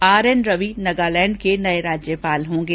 are N Ravi Nagaland के नए राज्यपाल होंगे